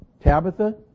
Tabitha